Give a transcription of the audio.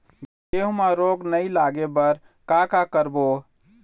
गेहूं म रोग नई लागे बर का का करबो?